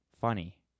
funny